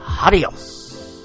Adios